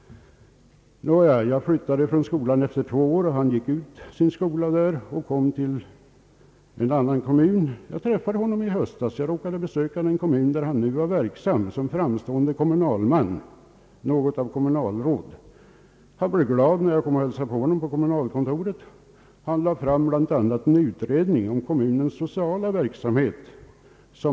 Jag flyttade från skolan efter två år. Han stannade och blev så småningom färdig med sin skolgång. Jag träffade honom i höstas, då jag besökte den kommun där han numera är verksam som framstående kommunalman, något av kommunalråd. Han blev glad när jag kom och hälsade på honom på kommunalkontoret. Han visade mig bl.a. en utredning som han hade gjort om kommunens sociala verksamhet.